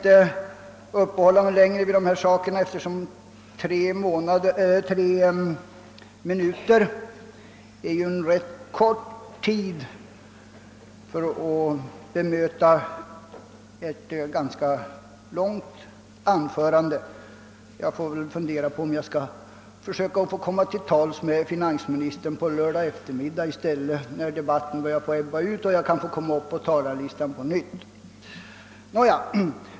Tre minuter är kort tid för att bemöta ett ganska långt anförande, och jag kan inte nu gå närmare in på de olika frågorna. Jag får väl fundera över om jag kan komma till tals med finansministern på lördag eftermiddag, när debatten börjar ebba ut och jag har möjlighet att på nytt sätta upp mitt namn på talarlistan.